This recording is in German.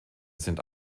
sind